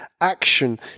action